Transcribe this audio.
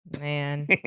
Man